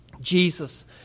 Jesus